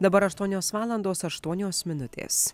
dabar aštuonios valandos aštuonios minutės